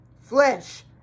flesh